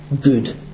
good